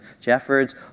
Jeffords